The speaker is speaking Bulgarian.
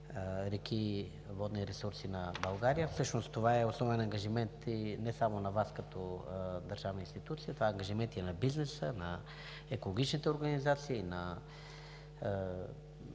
реки и водни ресурси на България. Всъщност това е основен ангажимент не само на Вас, като държавна институция, това е ангажимент и на бизнеса, на екологичните организации, на